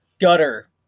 gutter